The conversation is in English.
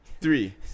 Three